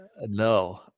No